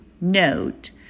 Note